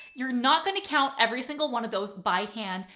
you're not going to count every single one of those by hand.